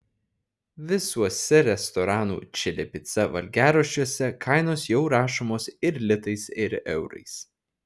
visuose restoranų čili pica valgiaraščiuose kainos jau rašomos ir litais ir eurais